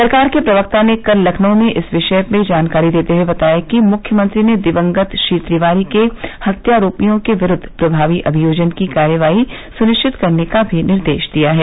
सरकार के प्रवक्ता ने कल लखनऊ में इस विषय में जानकारी देते हुए बताया कि मुख्यमंत्री ने दिवंगत श्री तिवारी के हत्यारोपियों के विरुद्व प्रभावी अभियोजन की कार्रवाई सुनिश्चित करने का भी निर्देश दिया है